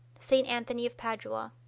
st. anthony of padua.